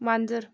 मांजर